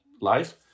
life